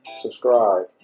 subscribe